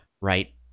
right